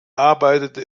arbeitete